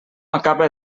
acaba